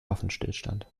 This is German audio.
waffenstillstand